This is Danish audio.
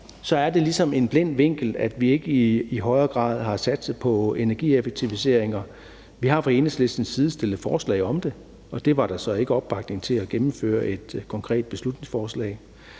Det er ligesom en blind vinkel, at vi ikke i højere grad har satset på energieffektiviseringer. Vi har fra Enhedslistens side fremsat forslag om det, og der var så ikke opbakning til at gennemføre et konkret beslutningsforslag.